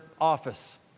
office